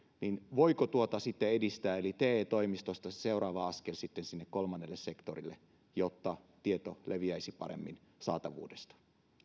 voiko tätä edistää eli te toimistoista sitten seuraava askel kolmannelle sektorille jotta tieto saatavuudesta leviäisi paremmin